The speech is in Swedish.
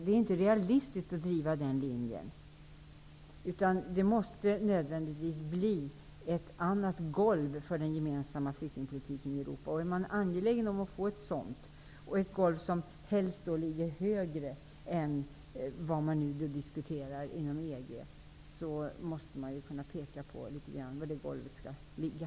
Det är inte realistiskt att driva den linjen, utan det måste nödvändigtvis skapas ett annat golv för den gemensamma flyktingpolitiken i Europa. Om man är angelägen om att skapa ett sådant golv -- som helst ligger högre än vad som nu diskuteras inom EG -- måste man kunna peka på var det golvet skall ligga.